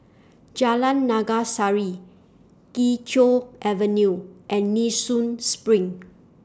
Jalan Naga Sari Kee Choe Avenue and Nee Soon SPRING